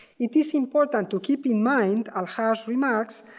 it is important to keep in mind al-haj remarks,